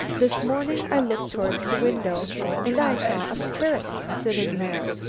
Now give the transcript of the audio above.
this morning i looked towards the window and i saw a parrot sitting there!